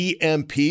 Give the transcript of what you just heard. EMP